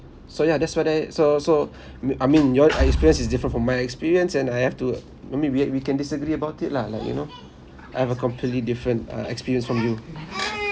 so yeah that's what I so so m~ I mean your experience is different from my experience and I have to maybe with that we can disagree about it lah like you know I have a completely different uh experience from you